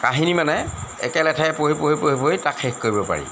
কাহিনী মানে একেলেথাৰিয়ে পঢ়ি পঢ়ি পঢ়ি পঢ়ি তাক শেষ কৰিব পাৰি